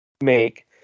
Make